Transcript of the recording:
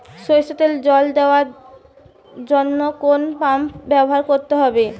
সরষেতে জল দেওয়ার জন্য কোন পাম্প ব্যবহার করতে হবে?